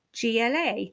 GLA